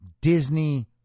Disney